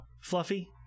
Fluffy